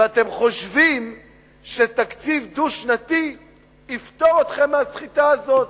ואתם חושבים שתקציב דו-שנתי יפטור אתכם מהסחיטה הזאת.